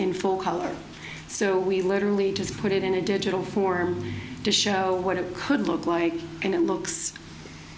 in full color so we literally just put it in a digital form to show what it could look like and it looks